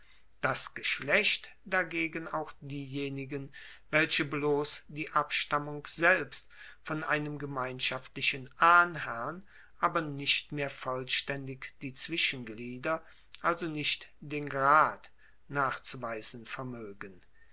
das geschlecht dagegen auch diejenigen welche bloss die abstammung selbst von einem gemeinschaftlichen ahnherrn aber nicht mehr vollstaendig die zwischenglieder also nicht den grad nachzuweisen vermoegen